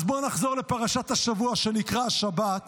אז בואו נחזור לפרשת השבוע שנקרא השבת,